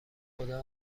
خدا